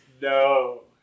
No